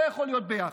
לא יכול להיות ביחד,